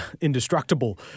indestructible